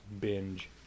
binge